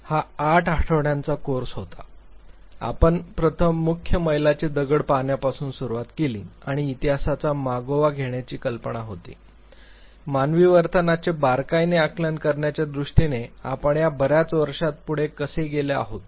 हा आठ आठवड्यांचा कोर्स होता आपण प्रथम मुख्य मैलाचे दगड पाहण्यापासून सुरुवात केली आणि इतिहासाचा मागोवा घेण्याची कल्पना होती मानवी वर्तनाचे बारकाईने आकलन करण्याच्या दृष्टीने आपण या बर्याच वर्षांत पुढे कसे गेले आहोत